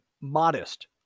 modest